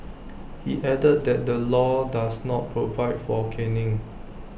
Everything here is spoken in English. he added that the law does not provide for caning